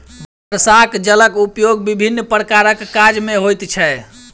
वर्षाक जलक उपयोग विभिन्न प्रकारक काज मे होइत छै